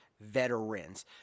veterans